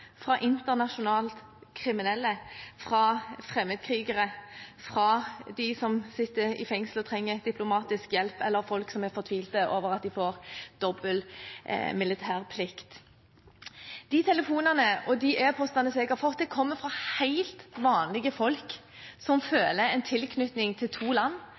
fra internasjonale kriminelle, fra fremmedkrigere, fra dem som sitter i fengsel og trenger diplomatisk hjelp, eller fra folk som er fortvilet over at de får dobbel militærplikt. De telefonene og de e-postene som jeg har fått, kommer fra helt vanlige folk som føler en tilknytning til to land,